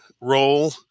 role